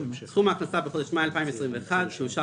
סכום ההכנסה בחודש מאי 2021 שאושר